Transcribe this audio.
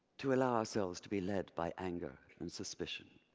to allow ourselves to be lead by anger and suspicion.